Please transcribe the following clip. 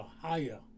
higher